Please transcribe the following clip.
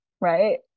right